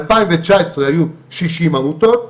ב-2019 היו שישים עמותות,